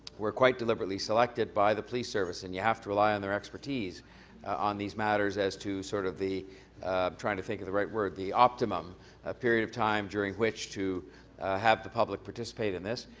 were quite deliberately selected by the police service. and you have to rely on their expertise on these matters as to sort of the trying to think of the right word, the optimum ah period of time during which to have the public participate in this.